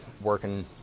working